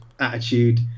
attitude